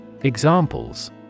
Examples